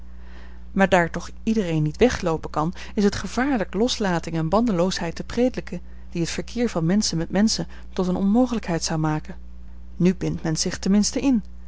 maar daar toch iedereen niet wegloopen kan is het gevaarlijk loslating en bandeloosheid te prediken die het verkeer van menschen met menschen tot eene onmogelijkheid zou maken nu bindt men zich ten minste in